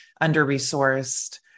under-resourced